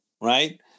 right